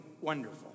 wonderful